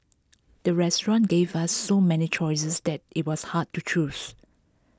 the restaurant gave ah so many choices that IT was hard to choose